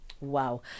Wow